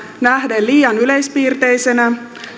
nähden liian yleispiirteisenä